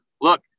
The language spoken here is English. look